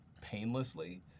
painlessly